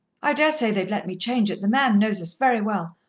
i dare say they'd let me change it, the man knows us very well.